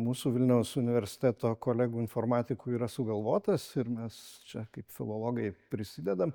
mūsų vilniaus universiteto kolegų informatikų yra sugalvotas ir mes čia kaip filologai prisidedam